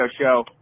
show